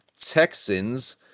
texans